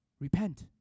Repent